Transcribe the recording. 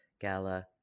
Gala